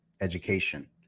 education